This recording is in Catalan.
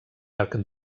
arc